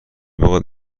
بخواد